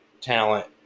talent